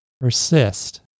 persist